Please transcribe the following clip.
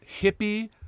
hippie